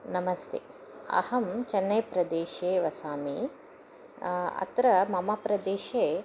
नमस्ते अहं चेन्नैप्रदेशे वसामि अत्र मम प्रदेशे